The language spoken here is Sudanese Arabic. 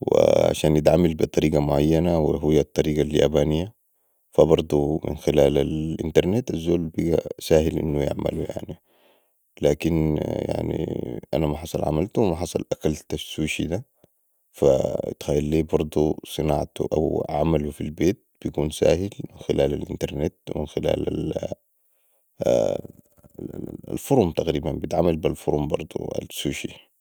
وعشان يتعمل بي طريقة معينة وهي الطريقة اليابنيه ف برضو من خلال الانترنت الزول بقي ساهل انو يعملويعني لكن يعني أنا ماحصل عملتو وماحصل أكلتو السوشي ده ف اتخيلي صناعتو او عملو في البيت بكون ساهل من خلال الإنترنت ومن خلال الفرم تقريبًا بتعمل بي الفرم برضو السوشي